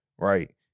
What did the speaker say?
Right